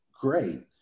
great